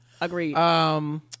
Agreed